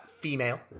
female